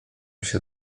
się